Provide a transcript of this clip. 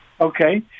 Okay